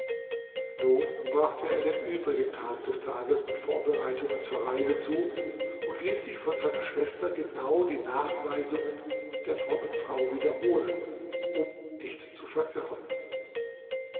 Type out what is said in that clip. nun brachte er den übrigen teil des tages mit vorbereitungen zur reise zu und ließ sich von seiner schwester genau die nachweisungen der frommen frau wiederholen um nicht zu verirren